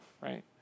right